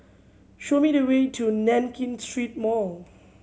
show me the way to Nankin Street Mall